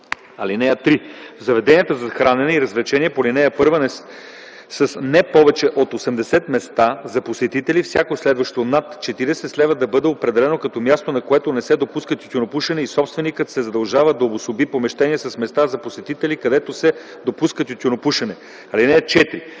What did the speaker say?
(3) В заведенията за хранене и развлечения по ал. 1, с не повече от 80 места за посетители, всяко следващо над 40 следва да бъде определено като място, на което не се допуска тютюнопушене, и собственикът се задължава да обособи помещения с места за посетители, където се допуска тютюнопушене. (4)